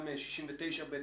גם 69ב,